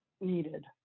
needed